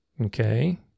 Okay